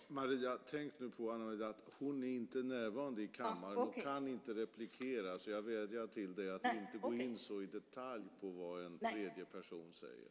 Ana Maria, tänk på att hon inte är närvarande i kammaren och inte kan replikera! Jag vädjar till dig att inte så i detalj gå in på vad en tredje person säger.